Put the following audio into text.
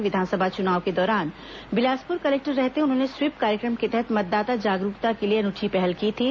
प्रदेश में विधानसभा चुनाव के दौरान बिलासपुर कलेक्टर रहते उन्होंने स्वीप कार्यक्रम के तहत मतदाता जागरूकता के लिए अनूठी पहल की थी